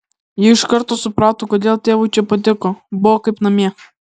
ji iš karto suprato kodėl tėvui čia patiko buvo kaip namie